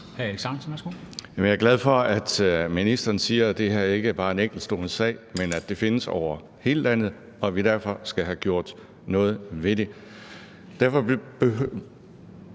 Jeg er glad for, at ministeren siger, at det her ikke bare er en enkeltstående sag, men at det findes over hele landet, og at vi derfor skal have gjort noget ved det.